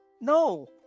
no